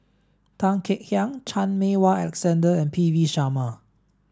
Tan Kek Hiang Chan Meng Wah Alexander and P V Sharma